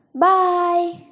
Bye